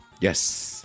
yes